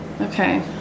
Okay